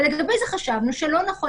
ולגבי זה חשבנו שלא נכון,